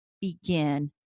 begin